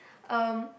um